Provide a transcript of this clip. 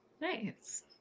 nice